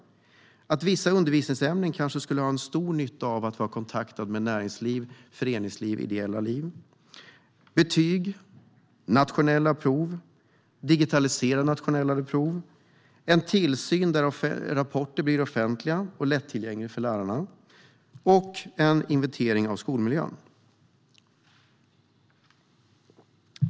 Vissa undervisningsämnen skulle kanske ha stor nytta av att ha kontakt med näringslivet, föreningslivet och det ideella livet. Jag skulle vilja prata om betyg och nationella prov, digitaliserade nationella prov, en tillsyn där rapporter blir offentliga och lättillgängliga för lärarna och en inventering av skolmiljön.